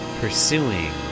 pursuing